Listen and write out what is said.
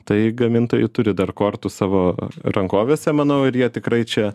tai gamintojai turi dar kortų savo rankovėse manau ir jie tikrai čia